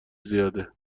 زیاده